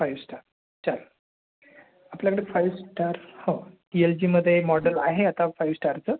five star चालेल आपल्याकडे five star हो यल जीमध्ये मॉडल आहे आता फाईव स्टारचं